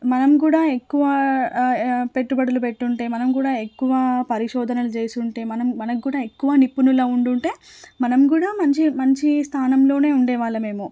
మనం కూడా ఎక్కువ పెట్టుబడులు పెట్టుంటే మనం కూడా ఎక్కువ పరిశోధనలు చేసుంటే మనం మనకి కూడా ఎక్కువ నిపుణులం ఉండుంటే మనం కూడా మంచి మంచి స్థానంలోనే ఉండేవాళ్ళమేమో